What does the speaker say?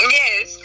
yes